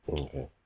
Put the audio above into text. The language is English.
Okay